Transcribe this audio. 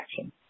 action